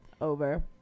Over